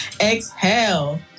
Exhale